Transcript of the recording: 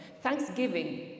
Thanksgiving